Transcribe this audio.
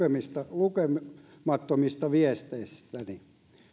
lukemattomista viesteistäni